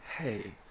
Hey